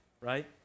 right